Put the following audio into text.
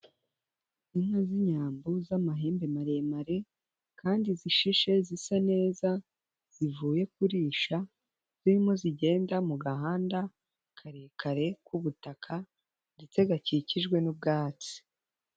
Inka z'inyambo z'amahembe maremare kandi zishishe zisa neza zivuye kurisha, zirimo zigenda mu gahanda karekare k'ubutaka ndetse gakikijwe n'ubwatsi.